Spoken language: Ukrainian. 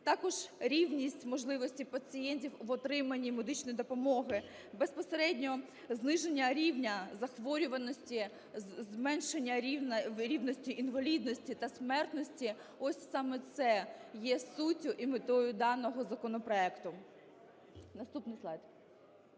також рівні можливості пацієнтів в отриманні медичної допомоги, безпосередньо зниження рівня захворюваності, зменшення рівності інвалідності та смертності - ось саме це є суттю і метою даного законопроекту. Наступний слайд.